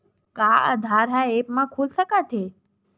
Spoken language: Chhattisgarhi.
का आधार ह ऐप म खुल सकत हे?